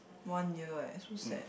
one year eh so sad